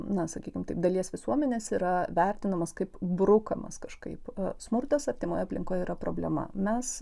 na sakykim taip dalies visuomenės yra vertinamas kaip brukamas kažkaip smurtas artimoje aplinkoje yra problema mes